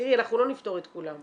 תראי, אנחנו לא נפתור את כולם,